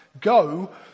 go